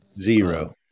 Zero